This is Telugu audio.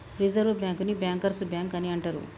రిజర్వ్ బ్యాంకుని బ్యాంకర్స్ బ్యాంక్ అని అంటరు